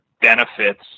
benefits